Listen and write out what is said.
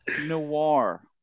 Noir